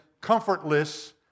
comfortless